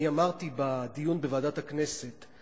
אני אמרתי בדיון בוועדת הכנסת,